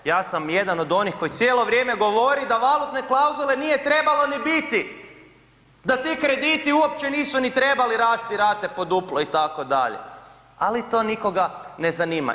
Ja sam jedan od onih koji cijelo vrijeme govori da valutne klauzule nije trebalo ni biti, da ti krediti uopće nisu ni trebali rasti, rate po duplo itd., ali to nikoga ne zanima.